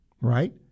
Right